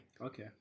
Okay